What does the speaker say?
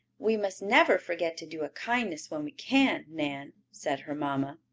we must never forget to do a kindness when we can, nan, said her mamma.